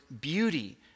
beauty